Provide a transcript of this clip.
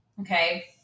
Okay